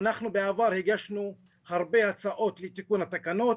בעבר אנחנו הגשנו הרבה הצעות לתיקון התקנות,